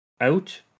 out